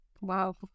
Wow